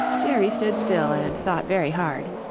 jerry stood still and thought very hard.